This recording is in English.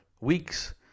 Weeks